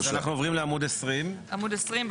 אז אנחנו עוברים לעמוד 20. עמוד 20,